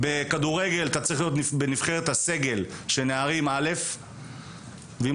בכדורגל אתה צריך להיות בסגל הנבחרת של נערים א' ואם